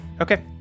Okay